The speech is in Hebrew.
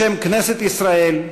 בשם כנסת ישראל,